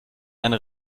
eine